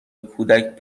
کودک